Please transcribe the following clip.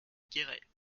guéret